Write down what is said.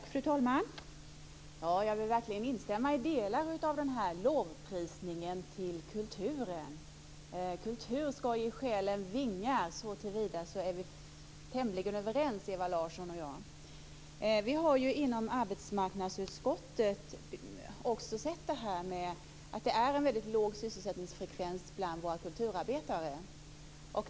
Fru talman! Jag vill verkligen instämma i delar av den här lovprisningen till kulturen. Kultur skall ge själen vingar, och så till vida är Ewa Larsson och jag tämligen överens. Vi har också inom arbetsmarknadsutskottet sett att det är en väldigt låg sysselsättningsfrekvens bland våra kulturarbetare.